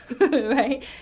right